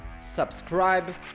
subscribe